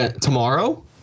tomorrow